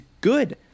good